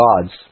gods